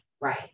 right